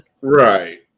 Right